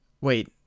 wait